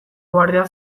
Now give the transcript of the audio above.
guardia